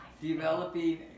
Developing